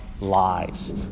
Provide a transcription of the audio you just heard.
lives